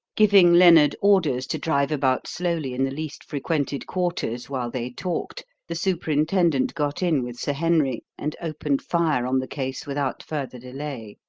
giving lennard orders to drive about slowly in the least frequented quarters, while they talked, the superintendent got in with sir henry, and opened fire on the case without further delay.